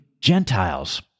Gentiles